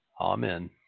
Amen